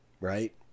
Right